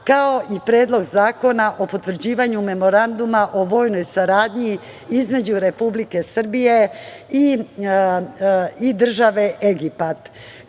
kao i Predlog zakona o potvrđivanju Memoranduma o vojnoj saradnji između Republike Srbije i Države Egipat. Kolika